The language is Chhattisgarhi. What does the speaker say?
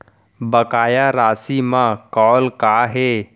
बकाया राशि मा कॉल का हे?